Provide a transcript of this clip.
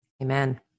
Amen